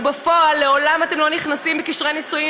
ובפועל לעולם אתם לא נכנסים בקשרי נישואים,